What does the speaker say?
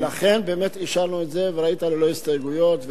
ולכן באמת אישרנו את זה ללא הסתייגויות,